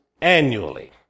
annually